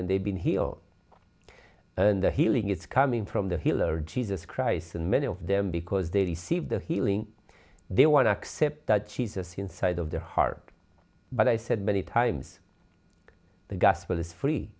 and they've been he'll and the healing is coming from the healer jesus christ and many of them because they receive the healing they want to accept that jesus inside of their heart but i said many times the gospel is free